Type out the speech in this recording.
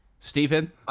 Stephen